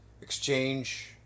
exchange